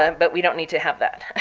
um but we don't need to have that.